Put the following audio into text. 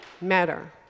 matter